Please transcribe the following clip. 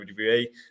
wwe